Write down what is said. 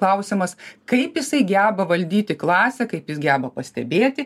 klausiamas kaip jisai geba valdyti klasę kaip jis geba pastebėti